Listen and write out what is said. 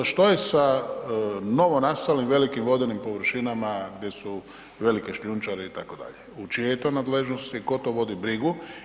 Što je sa novonastalim velikim vodenim površinama gdje su velike šljunčare itd., u čijoj je to nadležnosti, tko to vodi brigu?